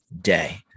day